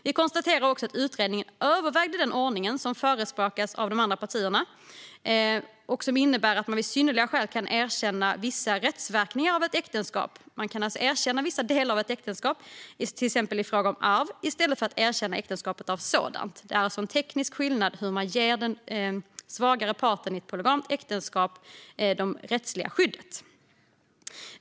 Vi konstaterar också att utredningen övervägde den ordning som förespråkas av de andra partierna och som innebär att man vid synnerliga skäl kan erkänna vissa rättsverkningar av ett äktenskap. Man kan alltså erkänna vissa delar av ett äktenskap, till exempel i fråga om arv, i stället för att erkänna äktenskapet som sådant. Det är alltså en teknisk skillnad i fråga om hur man ger den svagare parten i ett polygamt äktenskap det rättsliga skyddet.